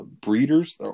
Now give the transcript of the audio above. breeders